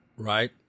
Right